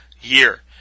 year